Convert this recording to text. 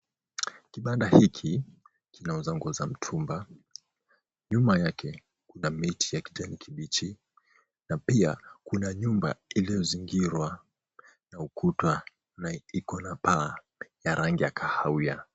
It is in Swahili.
Kibanda hiki kinauza nguo za mtumba. Nyuma yake kuna miti ya kijani kibichi na pia kuna nyumba iliyozingirwa na ukuta na ikona paa ya rangi ya kahawia.